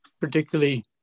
particularly